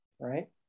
Right